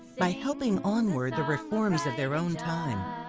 by helping onward the reforms of their own time,